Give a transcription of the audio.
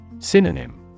Synonym